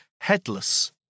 headless